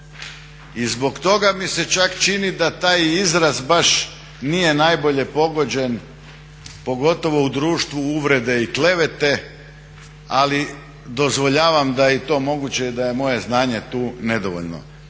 I zbog toga mi se čak čini da taj izraz nije baš najbolje pogođen pogotovo u društvu uvrede i klevete ali dozvoljavam da je i to moguće i da je moje znanje tu nedovoljno.